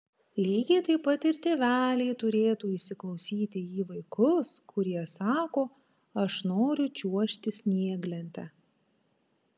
lygiai taip pat ir tėveliai turėtų įsiklausyti į vaikus kurie sako aš noriu čiuožti snieglente